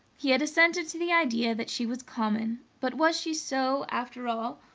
he had assented to the idea that she was common but was she so, after all,